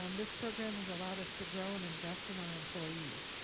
um this program has allowed us to grow and invest in our employees.